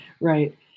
Right